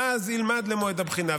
ואז ילמד לבחינה,